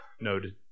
noted